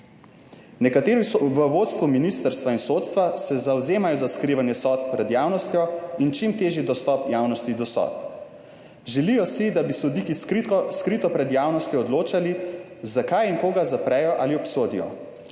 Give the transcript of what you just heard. Nekateri v vodstvu ministrstva in sodstva se zavzemajo za skrivanje sodb pred javnostjo in čim težji dostop javnosti do sodb. Želijo si, da bi sodniki skrito pred javnostjo odločali, zakaj in koga zaprejo ali obsodijo.